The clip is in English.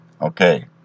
Okay